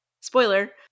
Spoiler